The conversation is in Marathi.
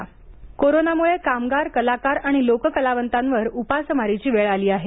आबा बागुल कोरोनामुळे कामगार कलाकार आणि लोकंकलावंतांवर उपासमारीची वेळ आली आहे